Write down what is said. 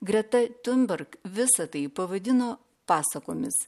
greta tiunberg visa tai pavadino pasakomis